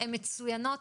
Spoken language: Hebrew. הן מצוינות,